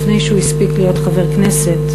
לפני שהספיק להיות חבר כנסת,